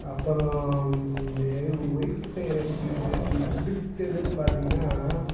அப்புறம் என் ஒய்ஃப்கிட்ட எனக்கு பிடிச்சதுன்னு பார்த்திங்கனா